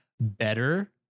better